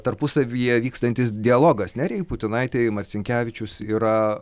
tarpusavyje vykstantis dialogas nerijai putinaitei marcinkevičius yra